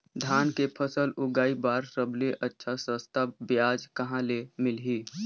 धान के फसल उगाई बार सबले अच्छा सस्ता ब्याज कहा ले मिलही?